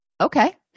Okay